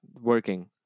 working